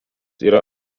yra